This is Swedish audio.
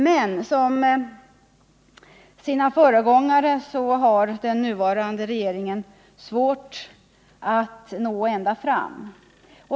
Men som sina föregångare har den nuvarande regeringen svårt att nå ända fram.